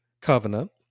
Covenant